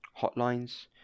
hotlines